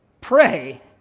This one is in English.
Pray